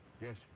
Yes